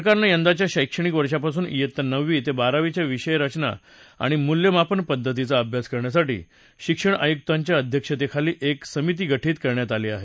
सरकारन विद्वव्या शैक्षणिक वर्षापासून वित्ता नववी ते बारावीच्या विषय रचना आणि मूल्यमापन पध्दतीचा अभ्यास करण्यासाठी शिक्षण आयुक्ताच्या अध्यक्षतेखाली एक समिती गठीत करण्यात आली आहे